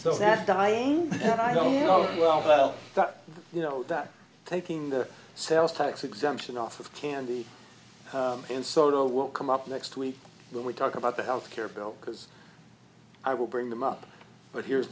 so that's dying and i don't know well you know that taking the sales tax exemption off of candy and soda will come up next week when we talk about the health care bill because i will bring them up but here's